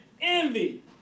envy